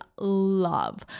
love